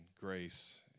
grace